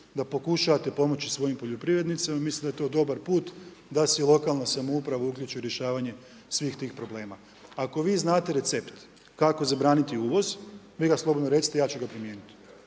da pokušavate pomoći svojim poljoprivrednicima, mislim da je to dobar put, da se lokalna uključi u rješavanje svih tih problema. Ako vi znate recept kako zabraniti uvoz, vi ga slobodno recite, ja ću ga primijeniti.